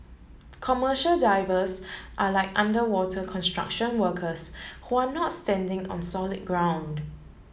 commercial divers are like underwater construction workers who are not standing on solid ground